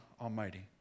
Almighty